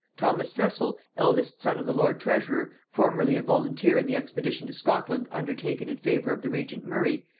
thomas cecil, eldest son of the lord-treasurer, formerly a volunteer in the expedition to scotland undertaken in favor of the regent murray,